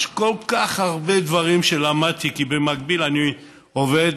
יש כל כך הרבה דברים שלמדתי כי במקביל אני עובד